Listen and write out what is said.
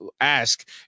ask